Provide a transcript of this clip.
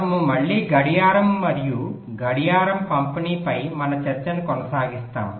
మనము మళ్ళీ గడియారం మరియు గడియారం పంపిణీపై మన చర్చను కొనసాగిస్తాము